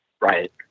Right